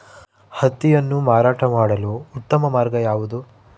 ಹತ್ತಿಯನ್ನು ಮಾರಾಟ ಮಾಡಲು ಉತ್ತಮ ಮಾರ್ಗ ಯಾವುದು?